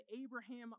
Abraham